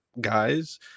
guys